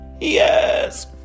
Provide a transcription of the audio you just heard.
Yes